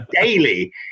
daily